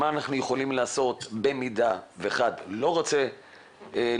מה אנחנו יכולים לעשות במידה ואחד לא רוצה לקבל.